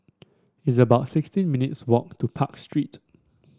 it's about sixteen minutes' walk to Park Street